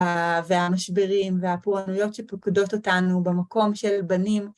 והמשברים והפורענויות שפוקדות אותנו במקום של בנים.